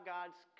God's